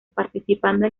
participando